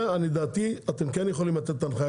זה לדעתי אתם כן יכולים לתת הנחיה.